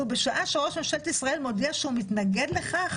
בשעה שראש ממשלת ישראל מודיע שהוא מתנגד לכך,